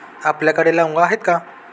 आपल्याकडे लवंगा आहेत का?